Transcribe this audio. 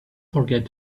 forget